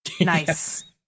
nice